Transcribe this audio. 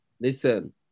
Listen